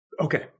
Okay